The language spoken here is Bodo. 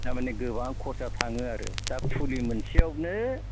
थारमानि गोबां खरसा थाङो आरो दा फुलि मोनसे आवनो